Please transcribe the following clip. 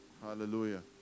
Hallelujah